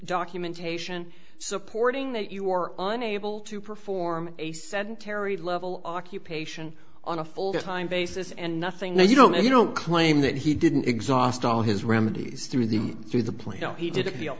documentation supporting that you are unable to perform a sedentary level occupation on a full time basis and nothing you don't know if you don't claim that he didn't exhaust all his remedies through the through the plano he did appeal